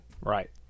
Right